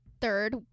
third